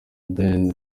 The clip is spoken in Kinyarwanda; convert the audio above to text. ben